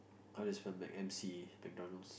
I just want my MC McDonald's